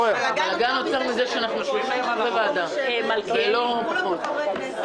אם נגדיל את האולם מספר האנשים יגדל גם וזה לאו דווקא יקטין את הרעש,